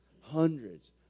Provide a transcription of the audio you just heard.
hundreds